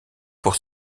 pour